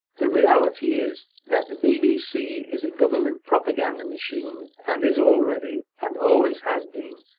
the reality is that the bbc is a government propaganda machine and is already, and always has been,